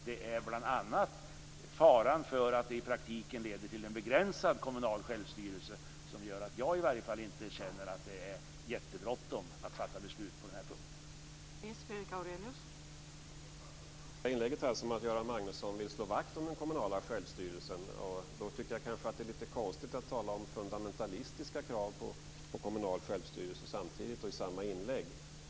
Det är bl.a. faran för att det i praktiken leder till en begränsad kommunal självstyrelse som gör att i varje fall jag inte känner att det är jättebråttom att fatta beslut på den här punkten.